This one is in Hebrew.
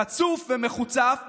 חצוף ומחוצף.